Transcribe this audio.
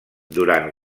durant